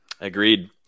Agreed